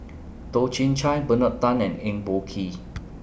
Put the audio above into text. Toh Chin Chye Bernard Tan and Eng Boh Kee